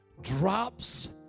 drops